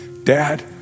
Dad